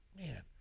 Man